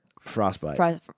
Frostbite